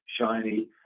shiny